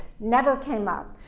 never came up.